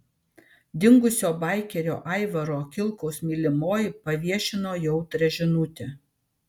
dingusio baikerio aivaro kilkaus mylimoji paviešino jautrią žinutę